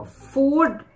Food